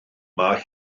mae